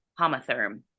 homotherm